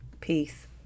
Peace